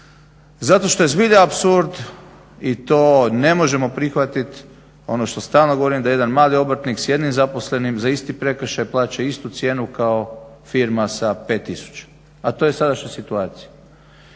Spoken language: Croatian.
Zato što je zbilja apsurd i to ne možemo prihvatiti ono što stalno govorim da jedan mali obrtnik s jednim zaposlenim za isti prekršaj plaća istu cijenu kao firma sa pet tisuća. A to je sadašnja situacija.